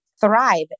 thrive